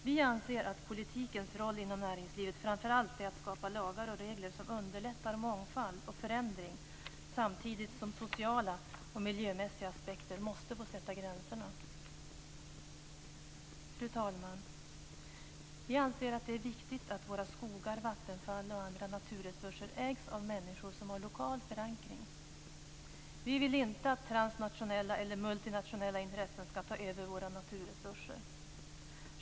Vi anser att politikens roll inom näringslivet framför allt är att skapa lagar och regler som underlättar mångfald och förändring samtidigt som sociala och miljömässiga aspekter får sätta gränserna. Fru talman! Vi anser att det är viktigt att våra skogar, vattenfall och andra naturresurser ägs av människor som har lokal förankring. Vi vill inte att transnationella eller multinationella intressen skall ta över våra naturresurser.